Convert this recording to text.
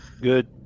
good